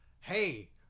hey